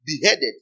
beheaded